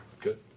Good